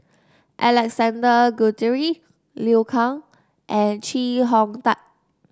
Alexander Guthrie Liu Kang and Chee Hong Tat